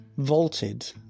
Vaulted